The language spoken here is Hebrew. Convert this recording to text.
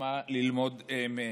מה ללמוד מהם.